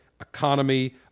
economy